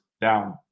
down